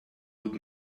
would